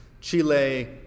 Chile